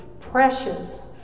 precious